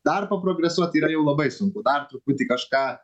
dar paprogresuot yra jau labai sunku dar truputį kažką